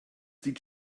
sieht